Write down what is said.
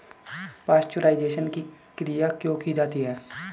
Pasteurisation की क्रिया क्यों की जाती है?